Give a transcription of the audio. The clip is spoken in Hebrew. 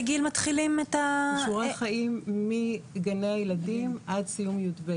גיל מתחילים את ה- -- כישורי חיים מגני הילדים עד סיום י"ב.